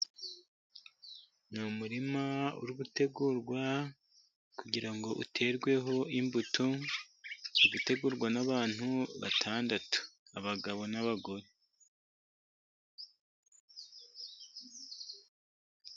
Ni umurima uri gutegurwa kugira ngo uterweho imbuto. Uri gutegurwa n'abantu batandatu, abagabo n'abagore.